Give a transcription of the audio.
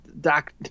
doc